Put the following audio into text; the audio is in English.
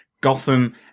Gotham